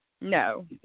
No